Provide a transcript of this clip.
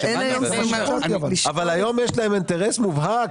אבל היום יש להם אינטרס מובהק